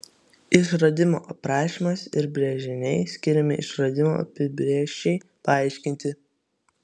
išradimo aprašymas ir brėžiniai skiriami išradimo apibrėžčiai paaiškinti